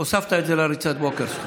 הוספת את זה לריצת הבוקר.